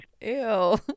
Ew